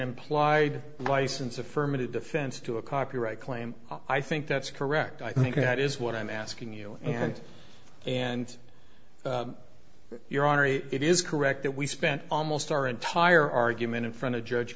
implied license affirmative defense to a copyright claim i think that's correct i think that is what i'm asking you and and your honor it is correct that we spent almost our entire argument in front of judge